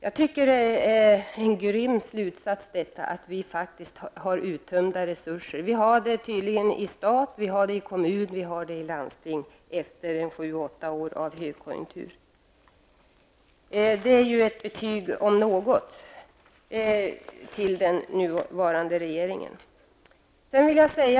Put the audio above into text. Att resurserna är uttömda är faktiskt en grym slutsats. Så förhåller det sig i stat, kommun och landsting efter 7--8 år av högkonjunktur. Det är ju ett betyg om något till den nuvarande regeringen.